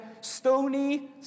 stony